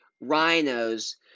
rhinos